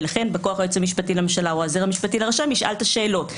בא-כוח היועץ המשפטי לממשלה או העוזר המשפטי לרשם ישאלו את השאלות.